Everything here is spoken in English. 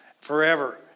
forever